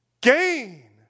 Gain